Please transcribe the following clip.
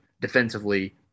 defensively